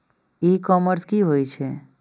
E commerce की होय छेय?